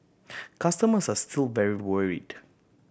customers are still very worried